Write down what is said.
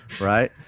Right